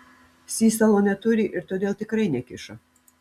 sysalo neturi ir todėl tikrai nekišo